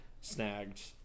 snagged